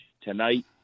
tonight